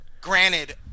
Granted